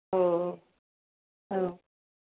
औ औ